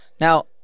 Now